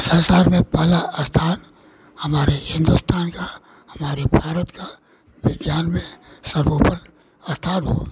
संसार में पहला स्थान हमारे हिन्दुस्तान का हमारे भारत का विज्ञान में सर्वोपरि स्थान हो